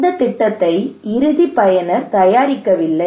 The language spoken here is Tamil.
இந்தத் திட்டத்தை இறுதி பயனர் தயாரிக்கவில்லை